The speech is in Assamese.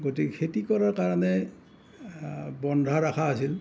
গতিকে খেতি কৰাৰ কাৰণে বন্ধা ৰখা আছিল